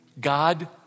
God